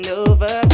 over